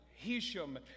Hisham